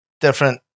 different